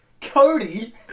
Cody